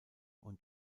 und